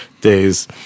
days